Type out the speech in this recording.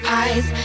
eyes